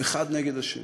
אחד נגד השני.